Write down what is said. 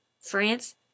france